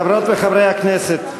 חברות וחברי הכנסת,